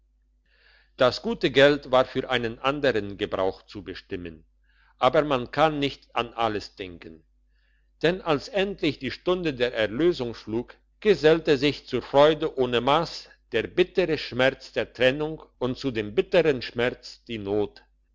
das gute geld war für einen andern gebrauch zu bestimmen aber man kann nicht an alles denken denn als endlich die stunde der erlösung schlug gesellte sich zur freude ohne mass der bittere schmerz der trennung und zu dem bittern schmerz die not